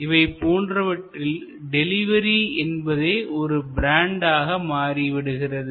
இது போன்றவற்றில் டெலிவரி என்பதே ஒரு பிராண்டாக மாறிவிடுகிறது